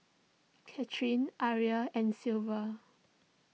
Katharine Aria and Silver